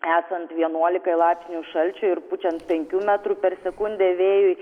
esant vienuolikai laipsnių šalčiui ir pučiant penkių metrų per sekundę vėjui